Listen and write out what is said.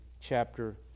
chapter